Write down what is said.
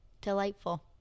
Delightful